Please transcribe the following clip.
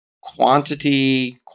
quantity